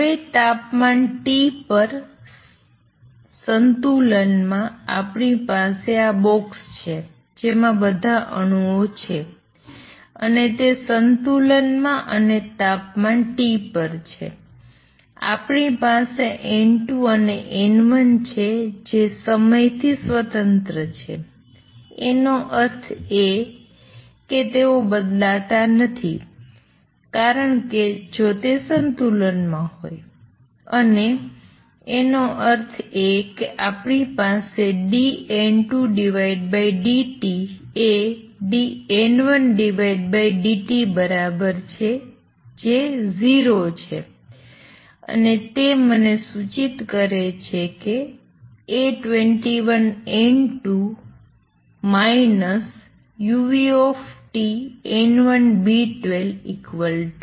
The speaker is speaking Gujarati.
હવે તાપમાન T પર સંતુલન માં આપણી પાસે આ બોક્સ છે જેમાં આ બધા અણુઓ છે અને તે સંતુલન માં અને તાપમાન T પર છે આપણી પાસે N2 અને N1 છે જે સમય થી સ્વતંત્ર છે તેનો અર્થ એ કે તેઓ બદલાતા નથી કારણ કે જો તે સંતુલનમાં હોય અને તેનો અર્થ એ કે આપણી પાસે dN2dt એ dN1dt બરાબર છે જે 0 બરાબર છે અને તે મને આ સૂચિત કરે છે A21N2 uTN1B120